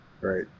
Right